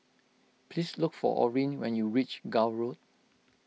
please look for Orin when you reach Gul Road